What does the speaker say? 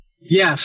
Yes